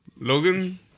Logan